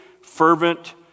fervent